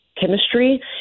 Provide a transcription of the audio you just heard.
chemistry